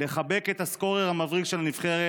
ולחבק את הסקורר המבריק של הנבחרת.